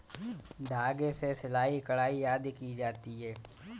धागे से सिलाई, कढ़ाई आदि की जाती है